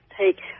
take